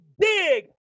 dig